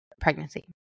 pregnancy